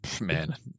man